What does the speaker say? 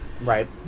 right